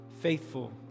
faithful